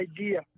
idea